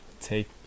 Take